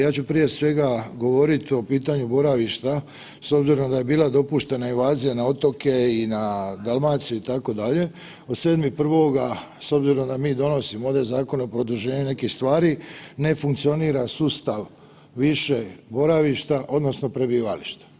Ja ću prije svega govoriti o pitanju boravišta s obzirom da je bila dopuštena invazija na otoke i na Dalmaciju itd. od 7.1. s obzirom da mi donosimo ovdje zakone o produženju nekih stvari ne funkcionira sustav više boravišta odnosno prebivališta.